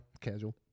casual